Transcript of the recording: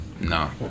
No